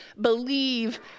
believe